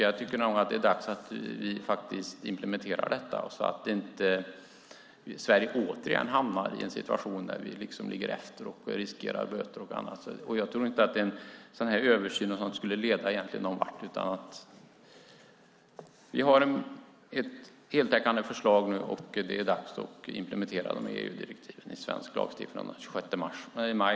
Jag tycker nog att det är dags att vi faktiskt implementerar detta så att inte Sverige återigen hamnar i en situation där vi ligger efter och riskerar böter och annat. Jag tror inte att en sådan här översyn egentligen skulle leda någon vart. Vi har nu ett heltäckande förslag, och det är dags att implementera dessa EU-direktiv i svensk lagstiftning från den 26 maj.